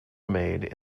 made